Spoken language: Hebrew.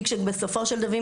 כי בסופו של דבר,